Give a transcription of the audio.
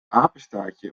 apenstaartje